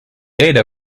data